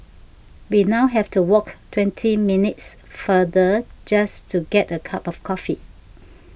we now have to walk twenty minutes farther just to get a cup of coffee